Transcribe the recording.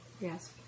Yes